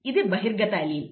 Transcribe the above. ఇది బహిర్గత అల్లీల్